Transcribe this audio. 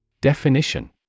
Definition